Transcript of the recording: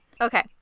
okay